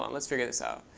let's figure this out.